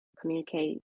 communicate